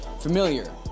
familiar